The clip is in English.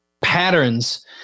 patterns